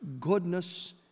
goodness